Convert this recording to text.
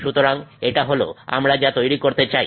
সুতরাং এটা হল আমরা যা তৈরি করতে চাই